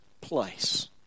place